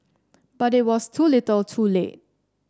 but it was too little too late